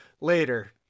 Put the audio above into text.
Later